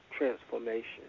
transformation